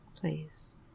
Please